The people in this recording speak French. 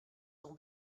sont